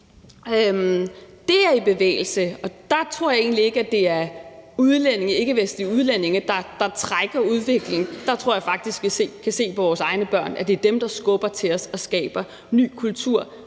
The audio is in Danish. Det er i bevægelse, og der tror jeg egentlig ikke, at det er ikkevestlige udlændinge, der trækker udviklingen. Der tror jeg faktisk, vi kan se på vores egne børn, at det er dem, der skubber til os, og som skaber en ny kultur,